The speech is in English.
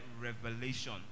revelation